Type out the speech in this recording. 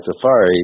Safari